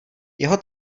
jeho